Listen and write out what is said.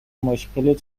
مشکل